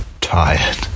tired